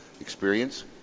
experience